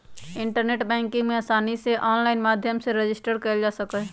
internet banking में आसानी से आनलाइन माध्यम से रजिस्टर कइल जा सका हई